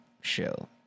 show